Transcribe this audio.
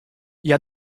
hja